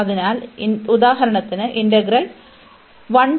അതിനാൽ ഉദാഹരണത്തിന് ഇന്റഗ്രൽ ഉണ്ട്